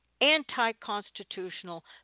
anti-constitutional